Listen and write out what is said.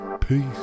Peace